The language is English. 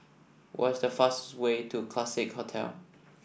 what is the fastest way to Classique Hotel